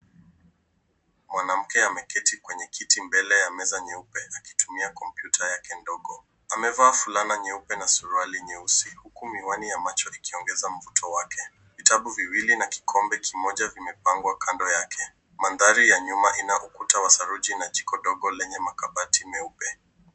Mwanamke ameketi mbele ya meza mweupe akitumia kompyuta yake ndogo. Amevaa fulana nyeupe na suruali nyeusi huku miwani ya macho ukiongeza mvuto wake. Vitabu viwili na kikombe kimoja vimepangwa kando yake. Mandhari ya nyuma ina ukuta wa saruji na jiko ndogo la makabati meupe.